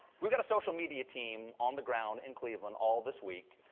we've got a social media team on the ground in cleveland all this week,